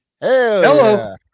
Hello